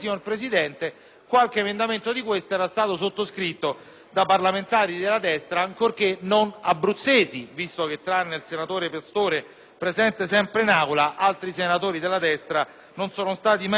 da parlamentari della destra, ancorché non abruzzesi (visto che, tranne il senatore Pastore, sempre presente in Aula, altri della destra non sono stati mai presenti né in Commissione bilancio né tanto meno in quest'Aula).